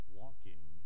walking